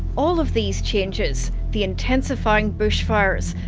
all of these changes the intensifying bushfires,